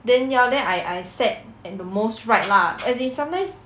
then ya then I I sat at the most right lah as in sometimes